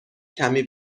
کمی